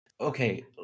Okay